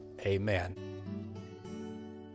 amen